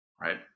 right